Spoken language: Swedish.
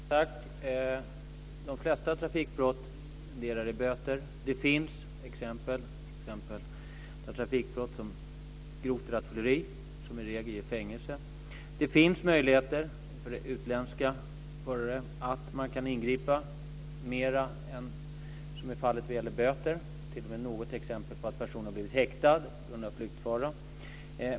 Fru talman! De flesta trafikbrott ger böter. Det finns trafikbrott, som grovt rattfylleri, som i regel ger fängelse. Det finns möjligheter att ingripa mot utländska förare med större åtgärder än med böter. Det finns t.o.m. något exempel på att personer har blivit häktade på grund av flyktfara.